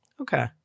Okay